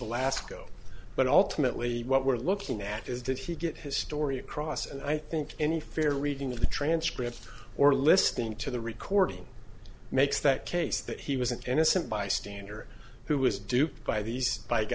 go but ultimately what we're looking at is did he get his story across and i think any fair reading of the transcript or listening to the recording makes that case that he was an innocent bystander who was duped by these b